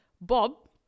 Bob